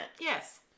Yes